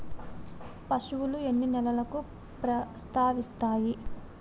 పశువులు ఎన్ని నెలలకు ప్రసవిస్తాయి?